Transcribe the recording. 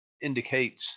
indicates